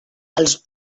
els